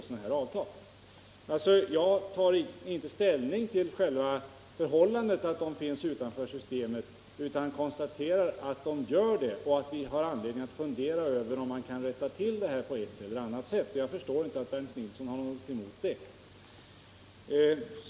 Jag tar således inte ställning till själva det förhållandet att dessa företag finns utanför systemet, utan jag konstaterar bara att de gör det och säger att vi har anledning fundera över om man kan komma till rätta med de problem som uppstår av detta förhållande.